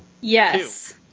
Yes